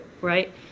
right